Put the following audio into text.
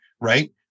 right